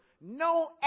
no